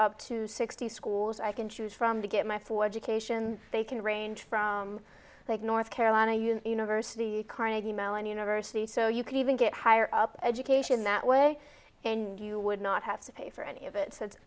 up to sixty schools i can choose from to get my for education they can range from like north carolina university carnegie mellon university so you can even get higher up education that way and you would not have to pay for any of it s